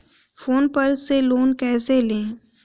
Phone पर से loan कैसे लें?